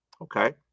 okay